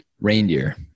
reindeer